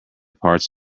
parts